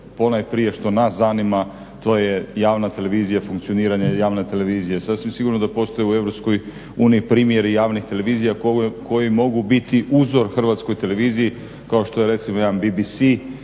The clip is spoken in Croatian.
ponajprije što nas zanima, to je javna televizija i funkcioniranje javne televizije. Sasvim sigurno da postoje u EU primjeri javnih televizija koje mogu biti uzor HTV-u kao što je recimo jedan BBC